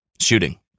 shooting